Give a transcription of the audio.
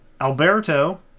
Alberto